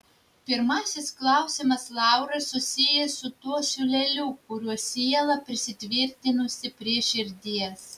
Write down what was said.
pirmasis klausimas laurai susijęs su tuo siūleliu kuriuo siela prisitvirtinusi prie širdies